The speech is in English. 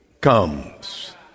comes